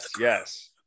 yes